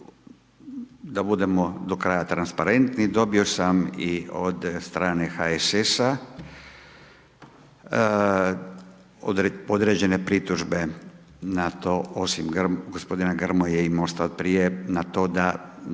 da budemo do kraja transparentni, dobio sam i od strane HSS-a određene pritužbe na to, osim gospodina Grmoje i Mosta od prije, na to da